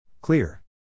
Clear